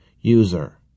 User